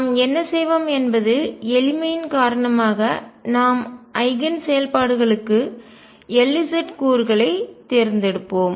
நாம் என்ன செய்வோம் என்பது எளிமையின் காரணமாக நாம் ஐகன் செயல்பாடுகளுக்கு Lz கூறுகளைத் தேர்ந்தெடுப்போம்